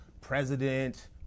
president